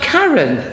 Karen